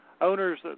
Owners